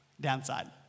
downside